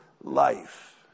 life